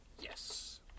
Yes